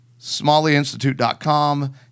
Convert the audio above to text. Smalleyinstitute.com